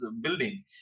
building